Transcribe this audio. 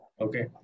okay